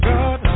God